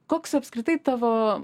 koks apskritai tavo